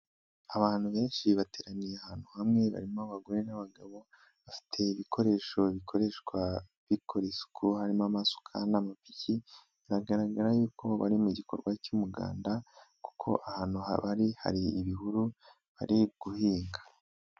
Abantu benshi bateraniye ahantu hamwe barimo abagore n'abagabo ,bafite ibikoresho bikoreshwa bikora isuku harimo amasuka n'amapiki ,biragaragara yuko bari mu gikorwa cy'umuganda kuko ahantu bari hari ibihuru bari guhinga.